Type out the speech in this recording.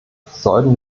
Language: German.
sollten